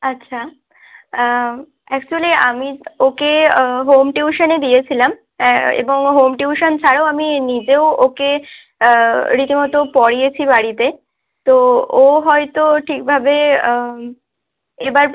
আচ্ছা অ্যাকচুয়েলি আমি ওকে হোম টিউশনে দিয়েছিলাম এবং ও হোম টিউশন ছাড়াও আমি নিজেও ওকে রীতিমতো পড়িয়েছি বাড়িতে তো ও হয়তো ঠিকভাবে এবার